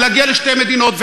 ולהגיע לשתי מדינות,